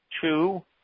two